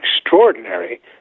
extraordinary